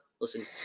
listen